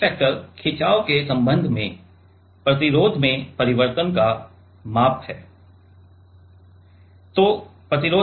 gauge factor खिंचाव के संबंध में प्रतिरोध में परिवर्तन का माप है